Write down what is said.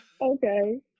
Okay